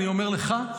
אני אומר לך,